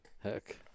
Heck